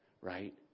right